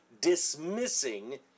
dismissing